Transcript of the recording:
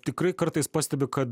tikrai kartais pastebiu kad